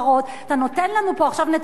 אתה נותן לנו פה עכשיו נתונים כלליים,